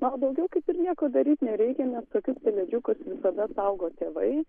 na o daugiau kaip ir nieko daryti nereikia nes tokius pelėdžiukus tebesaugo tėvai